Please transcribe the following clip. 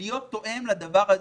זה צריך להיות תואם לדבר הזה.